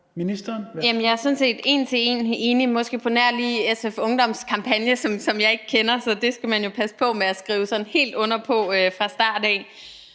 Jeg er sådan set en til en enig, måske lige på nær i det med SF Ungdoms kampagne, som jeg ikke kender, så det skal man jo passe på med at skrive sådan helt under på fra start af.